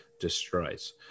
destroys